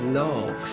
love